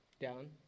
down